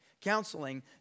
counseling